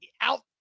out